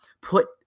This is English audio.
Put